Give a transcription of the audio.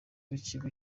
w’ikigo